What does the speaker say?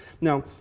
Now